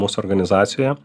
mūsų organizacijoje